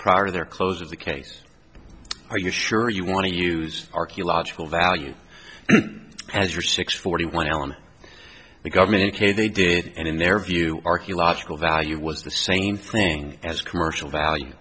prior to their close of the case are you sure you want to use archaeological value as your six forty one alan the government in case they did and in their view archaeological value was the same thing as commercial value